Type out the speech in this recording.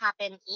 happen